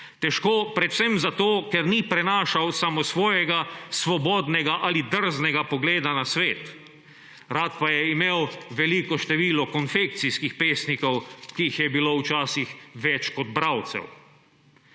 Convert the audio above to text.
Težko predvsem zato, ker ni prenašal samosvojega svobodnega ali drznega pogleda na svet. Rad pa je imel veliko število konfekcijskih pesnikov, ki jih je bilo včasih več kot bralcev.